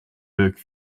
leuk